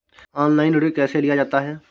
Online ऋण कैसे लिया जाता है?